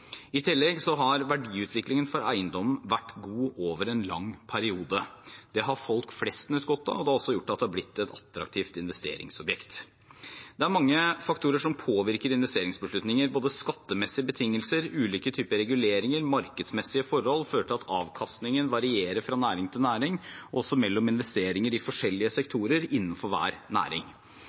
i eiendom. I tillegg har verdiutviklingen for eiendommer vært god over en lang periode. Det har folk flest nytt godt av, og det har også gjort at det har blitt et attraktivt investeringsobjekt. Mange faktorer påvirker investeringsbeslutninger. Både skattemessige betingelser, ulike typer reguleringer og markedsmessige forhold fører til at avkastningen varierer fra næring til næring, også mellom investeringer i forskjellige sektor innenfor hver næring.